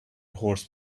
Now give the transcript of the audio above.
horse